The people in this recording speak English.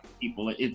people